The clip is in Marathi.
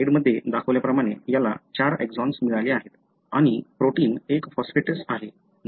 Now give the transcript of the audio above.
स्लाइडमध्ये दाखवल्याप्रमाणे याला 4 एक्सॉन्स मिळाले आहेत आणि प्रोटीन एक फॉस्फेटेस आहे